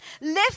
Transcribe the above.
lift